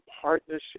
partnership